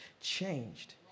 changed